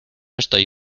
estoy